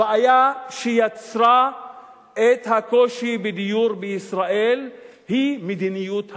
הבעיה שיצרה את הקושי בדיור בישראל היא מדיניות התכנון.